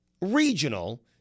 regional